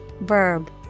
verb